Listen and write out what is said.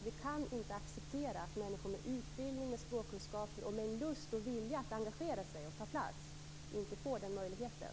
Vi kan inte acceptera att människor som har utbildning och språkkunskaper och som har lust och vilja att engagera sig och ta plats inte får den möjligheten.